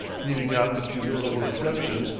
leaving out a few notable exceptions,